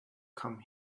come